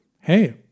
Hey